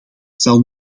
zal